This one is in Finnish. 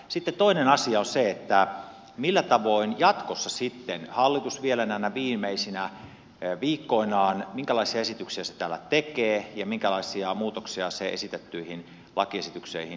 sitten toinen asia on se minkälaisia esityksiä jatkossa sitten hallitus vielä näinä viimeisinä viikkoinaan täällä tekee ja minkälaisia muutoksia se esitettyihin lakiesityksiin sorvaa